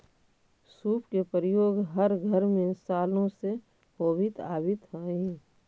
सूप के प्रयोग हर घर में सालो से होवित आवित हई